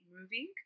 moving